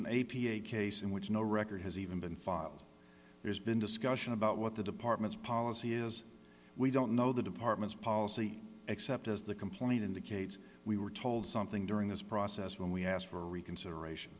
a case in which no record has even been filed there's been discussion about what the department's policy is we don't know the department's policy except as the complaint indicates we were told something during this process when we asked for reconsideration